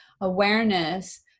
awareness